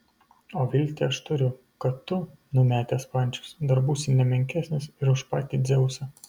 o viltį aš turiu kad tu numetęs pančius dar būsi ne menkesnis ir už patį dzeusą